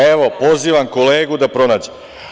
Evo, pozivam kolegu da pronađe.